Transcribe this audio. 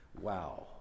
Wow